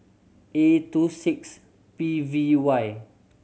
A two six P V Y